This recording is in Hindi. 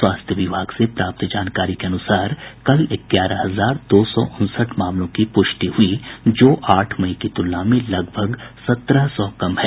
स्वास्थ्य विभाग से प्राप्त जानकारी के अनुसार कल ग्यारह हजार दो सौ उनसठ मामलों की पुष्टि हुई जो आठ मई की तुलना में लगभग सत्रह सौ कम है